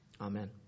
Amen